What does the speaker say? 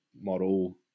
model